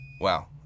Wow